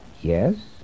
Yes